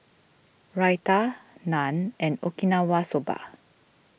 Raita Naan and Okinawa Soba